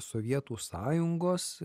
sovietų sąjungos